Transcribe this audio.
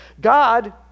God